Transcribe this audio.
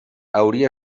hauria